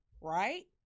right